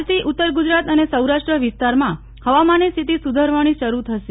આજથી ઉત્તર ગૂજરાત અને સૌરાષ્ટ્ર વિસ્તારમાં હવામાનની સ્થિતિ સુધરવાની શરૂ થશે